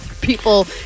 people